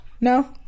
No